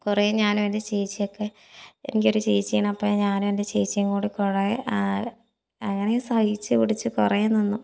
കുറേ ഞാനും എൻ്റെ ചേച്ചിയൊക്കെ എനിക്ക് ഒരു ചേച്ചിയാണ് അപ്പോൾ ഞാനും എൻ്റെ ചേച്ചിയും കൂടി കുറേ അങ്ങനെ സഹിച്ചു പിടിച്ചു കുറേ നിന്നു